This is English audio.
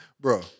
bro